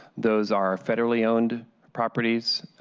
those are federally owned properties,